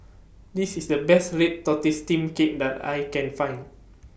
This IS The Best Red Tortoise Steamed Cake that I Can Find